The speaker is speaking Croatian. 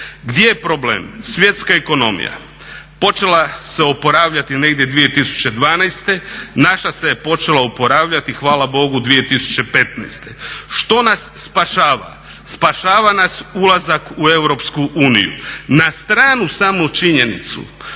Gdje je problem? Svjetska ekonomija, počela se opravljati negdje 2012.naša se je počela opravljati hvala Bogu 2015. Što nas spašava? Spašava nas ulazak u EU. Na stranu samo činjenicu